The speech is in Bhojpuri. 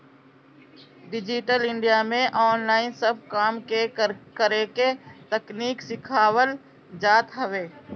डिजिटल इंडिया में ऑनलाइन सब काम के करेके तकनीकी सिखावल जात हवे